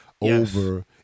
over